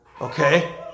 Okay